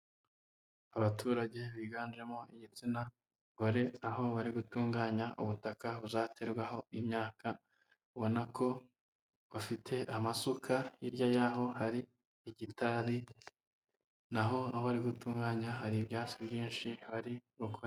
Abaturage biganjemo igitsina gore aho barigutunganya ubutaka buzaterwaho imyaka. Ubona ko bafite amasuka hirya y'aho hari hegitari naho ni aho barigutunganya hari ibyatsi byinshi bari gukora.